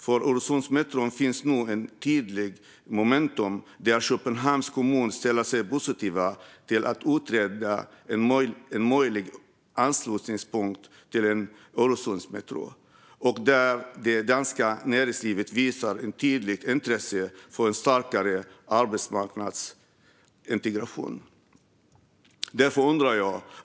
För Öresundsmetron finns nu ett tydligt momentum; Köpenhamns kommun ställer sig positiv till att utreda en möjlig anslutningspunkt till en Öresundsmetro. Det danska näringslivet visar också ett tydligt intresse för en starkare arbetsmarknadsintegration.